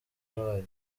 wabaye